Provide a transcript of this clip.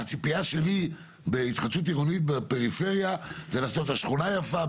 הציפייה שלי בהתחדשות עירונית בפריפריה זה לעשות את השכונה יפה,